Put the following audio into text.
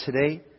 today